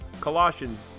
Colossians